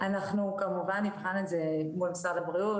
אנחנו כמובן נבחן את זה מול משרד הבריאות.